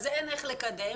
ואז אין איך לקדם,